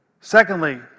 Secondly